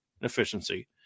efficiency